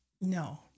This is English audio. no